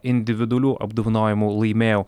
individualių apdovanojimų laimėjau